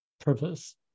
purpose